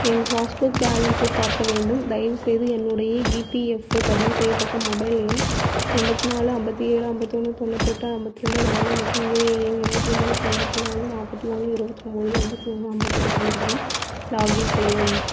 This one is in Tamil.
என் பாஸ் புக் பேலன்ஸை பார்க்க வேண்டும் தயவுசெய்து என்னுடைய இபிஎஃப்ஓ பதிவு செய்யப்பட்ட மொபைல் எண் எண்பத்தி நாலு ஐம்பத்தி ஏழு ஐம்பத்தொன்னு தொண்ணூத்தெட்டு ஐம்பத்தி ரெண்டு நாலு மற்றும் யுஏஎன் எண் இருபத்தி மூணு தொண்ணூற்றி நாலு நாற்பத்தி ஒன்று இருபத்தி ஒம்பது எண்பத்தி ஒன்று ஐம்பத்தெட்டு பயன்படுத்தி லாக்இன் செய்யவும்